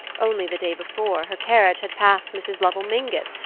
only the day before, her carriage had passed mrs. lovell mingott's,